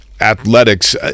athletics